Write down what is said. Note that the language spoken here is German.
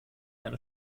eine